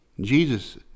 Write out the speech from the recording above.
Jesus